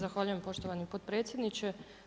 Zahvaljujem poštovani potpredsjedniče.